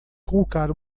colocar